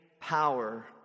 power